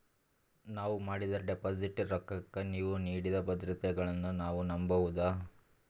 ನಾವು ಮಾಡಿದ ಡಿಪಾಜಿಟ್ ರೊಕ್ಕಕ್ಕ ನೀವು ನೀಡಿದ ಭದ್ರತೆಗಳನ್ನು ನಾವು ನಂಬಬಹುದಾ?